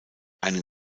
einen